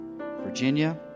Virginia